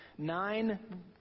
nine